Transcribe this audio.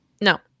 No